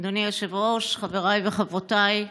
אדוני היושב-ראש, חבריי וחברותיי,